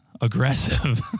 aggressive